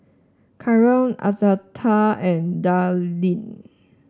Karol Arletta and Darlene